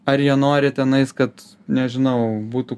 ar jie nori tenais kad nežinau būtų